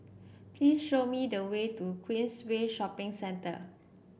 please show me the way to Queensway Shopping Centre